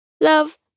Love